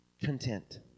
content